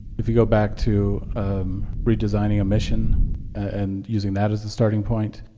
if you go back to redesigning a mission and using that as the starting point,